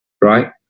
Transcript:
right